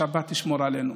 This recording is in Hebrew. השבת תשמור עלינו.